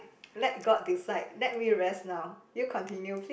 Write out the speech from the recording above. let god decide let me rest now you continue please